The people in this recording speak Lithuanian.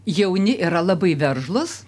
jauni yra labai veržlūs